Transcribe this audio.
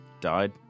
died